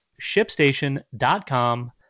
ShipStation.com